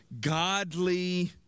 godly